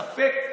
ספק.